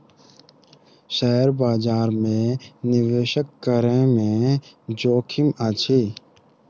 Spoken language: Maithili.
शेयर बजार में निवेश करै में जोखिम अछि